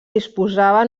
disposava